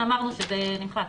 אמרנו שזה נמחק.